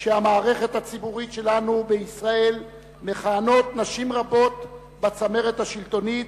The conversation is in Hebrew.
שבמערכת הציבורית שלנו בישראל מכהנות נשים רבות בצמרת השלטונית,